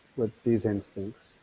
with these instincts,